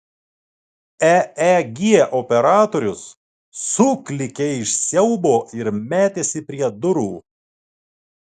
eeg operatorius suklykė iš siaubo ir metėsi prie durų